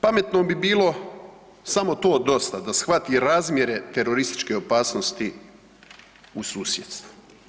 Pametnom bi bilo samo to dosta, da shvati razmjere terorističke opasnosti u susjedstvu.